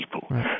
people